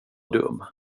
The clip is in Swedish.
dum